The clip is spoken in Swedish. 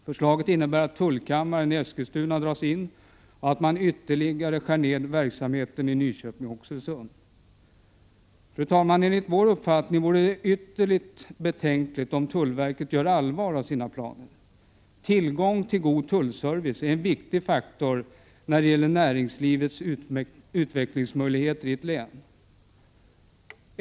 Förslaget innebär att tullkammaren i Eskilstuna dras in och att man ytterligare skär ner verksamheten i Nyköping och Oxelösund. Fru talman! Enligt vår uppfattning vore det ytterst betänkligt om tullverket gjorde allvar av sina planer. Tillgång till god tullservice är en viktig faktor när det gäller näringslivets utvecklingsmöjligheter i ett län.